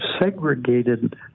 segregated